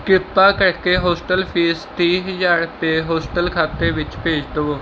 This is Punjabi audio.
ਕਿਰਪਾ ਕਰਕੇ ਹੋਸਟਲ ਫ਼ੀਸ ਤੀਹ ਹਜ਼ਾਰ ਰੁਪਏ ਹੋਸਟਲ ਖਾਤੇ ਵਿੱਚ ਭੇਜ ਦੇਵੋ